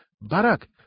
Barak